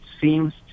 seems